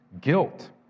guilt